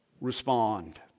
respond